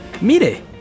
¡Mire